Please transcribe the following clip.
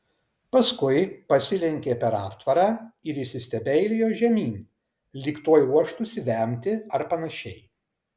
paskui pasilenkė per aptvarą ir įsistebeilijo žemyn lyg tuoj ruoštųsi vemti ar panašiai